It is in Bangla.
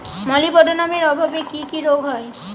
মলিবডোনামের অভাবে কি কি রোগ হয়?